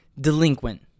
delinquent